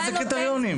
איזה קריטריונים.